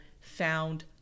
found